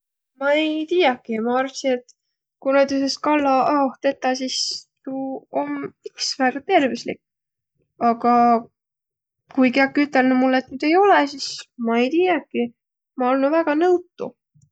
Ma ei tiiäki, ma arvssi, et ku näütüses kalla ahoh tetäq, sis tuu om iks väega tervüslik. Aga ku kiäki ütelnõq mullõ nüüd, et ei olõq, sis ma ei tiiäkiq, ma olnuq väega nõutu.